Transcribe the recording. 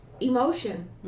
emotion